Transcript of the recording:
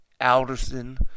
alderson